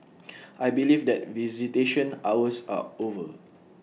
I believe that visitation hours are over